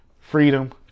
freedom